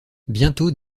bientôt